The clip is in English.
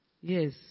Yes